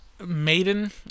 Maiden